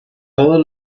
todos